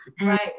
Right